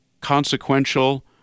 consequential